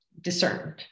discerned